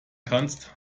kannst